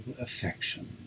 affection